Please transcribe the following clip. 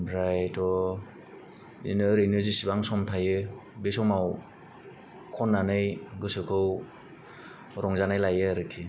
ओमफ्रायथ' बिदिनो ओरैनो जिसिबां सम थायो बे समाव खन्नानै गोसोखौ रंजानाय लायो आरोखि